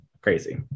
crazy